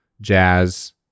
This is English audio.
jazz